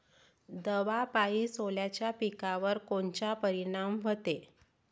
दवापायी सोल्याच्या पिकावर कोनचा परिनाम व्हते?